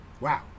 Wow